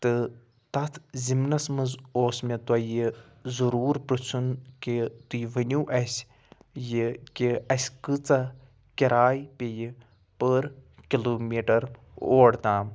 تہٕ تتھ زِمنَس مَنٛز اوس مےٚ تۄہہِ یہِ ضروٗر پٕرٛژھُن کہِ تُہۍ ؤنِو اسہِ یہِ کہِ اسہِ کۭژاہ کراے پیٚیہِ پٔر کلومیٖٹر اور تام